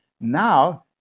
Now